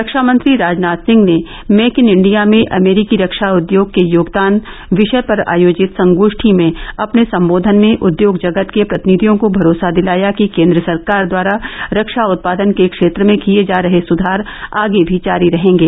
रक्षामंत्री राजनाथ सिंह ने make in India में अमेरिकी रक्षा उद्योग के योगदान वि ाय पर आयोजित संगो ठी में अपने सम्बोधन में उद्योग जगत के प्रतिनिधियों को भरोसा दिलाया कि केन्द्र सरकार द्वारा रक्षा उत्पादन के क्षेत्र में किये जा रहे सुधार आगे भी जारी रहेंगे